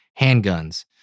handguns